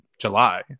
July